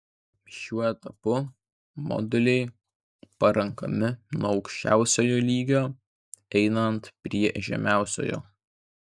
šiuo etapu moduliai parenkami nuo aukščiausiojo lygio einant prie žemiausiojo